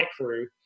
crew